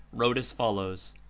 wrote as follows